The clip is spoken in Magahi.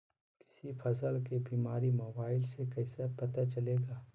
किसी फसल के बीमारी मोबाइल से कैसे पता चलेगा?